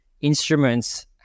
instruments